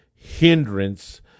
hindrance